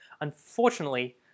Unfortunately